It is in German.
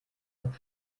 und